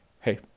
Hey